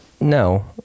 No